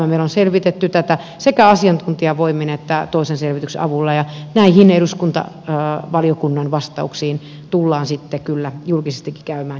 meillä on selvitetty tätä sekä asiantuntijavoimin että toisen selvityksen avulla ja näistä valiokunnan vastauksista tullaan sitten kyllä julkisestikin käymään debattia